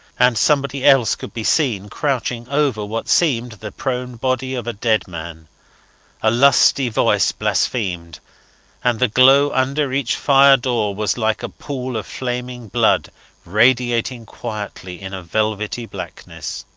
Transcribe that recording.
and somebody else could be seen crouching over what seemed the prone body of a dead man a lusty voice blasphemed and the glow under each fire-door was like a pool of flaming blood radiating quietly in a velvety blackness.